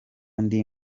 ndi